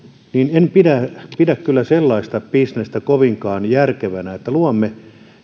en pidä pidä kyllä sellaista bisnestä kovinkaan järkevänä että luomme